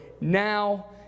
now